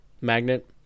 magnet